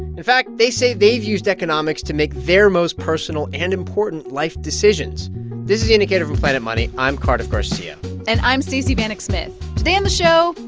in fact, they say they've used economics to make their most personal and important life decisions this is the indicator from planet money. i'm cardiff garcia and i'm stacey vanek smith. today on the show,